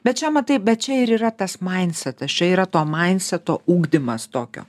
bet čia matai bet čia ir yra tas maindsetas čia yra to maindseto ugdymas tokio